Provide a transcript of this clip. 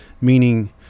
meaning